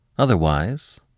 Otherwise